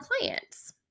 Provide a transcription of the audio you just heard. clients